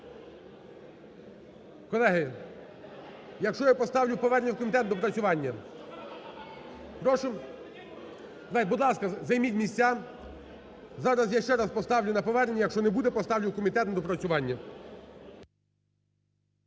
Колеги, якщо я поставлю повернення в комітет, доопрацювання? Прошу, будь ласка, займіть місця. Зараз я ще раз поставлю на повернення, якщо не буде, поставлю в комітет на доопрацювання.